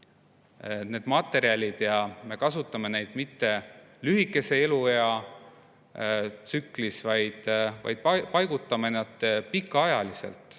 need materjalid ja kasutame neid mitte lühikese eluea tsüklis, vaid paigutame nad pikaajaliselt,